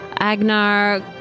Agnar